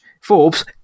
Forbes